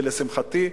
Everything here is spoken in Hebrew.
לשמחתי,